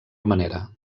manera